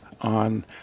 on